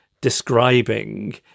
describing